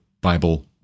Bible